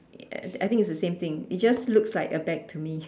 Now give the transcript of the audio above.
uh I think it's the same thing it just looks like a bag to me